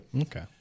Okay